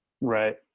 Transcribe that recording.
Right